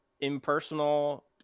impersonal